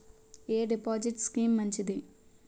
ఎ deposit scheme మంచిది?